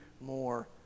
more